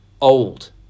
old